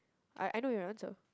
I I know your answer